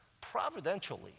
providentially